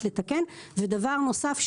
דבר נוסף,